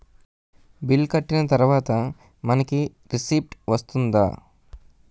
Bill కట్టిన తర్వాత మనకి రిసీప్ట్ వస్తుందా?